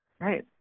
right